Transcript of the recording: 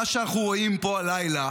מה שאנחנו רואים פה הלילה